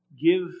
give